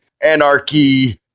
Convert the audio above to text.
Anarchy